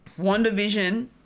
WandaVision